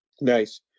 Nice